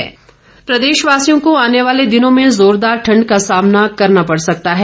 मौसम प्रदेशवासियों को आने वाले दिनों में जोरदार ठण्ड का सामना करना पड़ सकता है